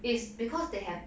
it's because they have